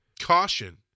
caution